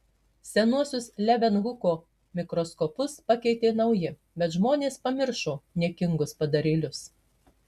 senuosius levenhuko mikroskopus pakeitė nauji bet žmonės pamiršo niekingus padarėlius